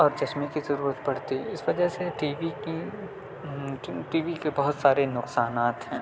اور چشمے کی ضرورت پڑتی ہے اس وجہ سے ٹی وی کی ٹی وی کے بہت سارے نقصانات ہیں